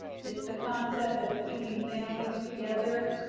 it's the concept of keeping families together.